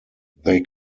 they